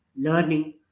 learning